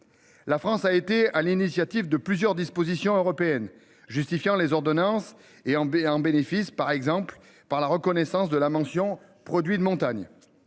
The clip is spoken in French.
La France a été à l'initiative de plusieurs dispositions européennes justifiant les ordonnances et Amber à un bénéfice par exemple par la reconnaissance de la mention produit de montagne.